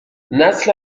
نسل